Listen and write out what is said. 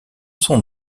son